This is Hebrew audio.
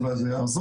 אולי זה יעזור.